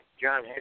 John